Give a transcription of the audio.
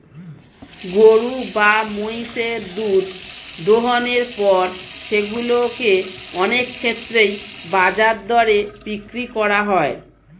গরু বা মহিষের দুধ দোহনের পর সেগুলো কে অনেক ক্ষেত্রেই বাজার দরে বিক্রি করা হয়